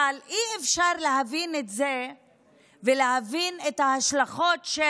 אבל אי-אפשר להבין את זה ולהבין את ההשלכות של